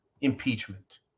impeachment